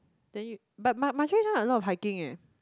then you but but Marjorie done a lot of hiking eh